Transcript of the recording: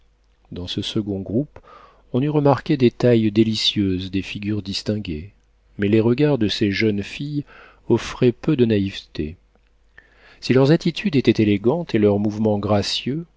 dans ce second groupe on eût remarqué des tailles délicieuses des figures distinguées mais les regards de ces jeunes filles offraient peu de naïveté si leurs attitudes étaient élégantes et leurs mouvements gracieux